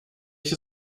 ich